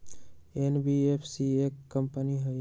NBFC एक company हई?